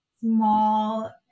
small